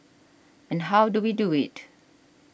and how do we do it